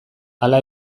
hala